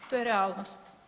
To je realnost.